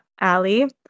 Ali